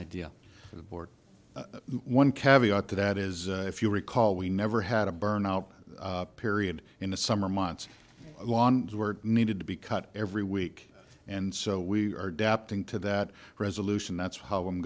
idea for the board one caveat to that is if you recall we never had a burn out period in the summer months lawns were needed to be cut every week and so we are depth into that resolution that's how i'm